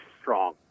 strong